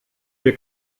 wir